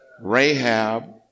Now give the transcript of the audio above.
Rahab